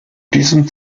diesem